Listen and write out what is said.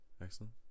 Excellent